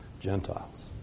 Gentiles